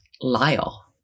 Lyle